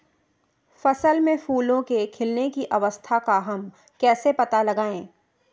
फसल में फूलों के खिलने की अवस्था का हम कैसे पता लगाएं?